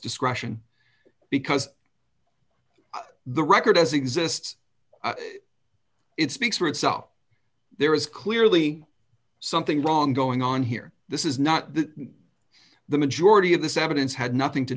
discretion because the record as exists it speaks for itself there is clearly something wrong going on here this is not that the majority of this evidence had nothing to